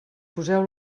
poseu